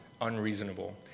unreasonable